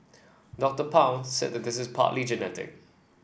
Doctor Pang said this is partly genetic